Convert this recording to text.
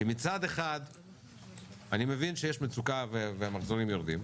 כי מצד אחד אני מבין שיש מצוקה והמחזורים יורדים,